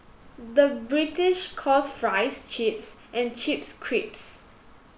the British calls fries chips and chips crisps